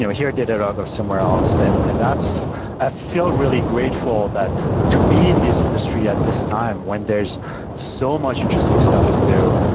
here at datadog or somewhere else and and that's i feel really grateful that to be in this industry at this time when there's so much interesting stuff to do,